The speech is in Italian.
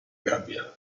gabbia